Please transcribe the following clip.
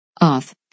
Off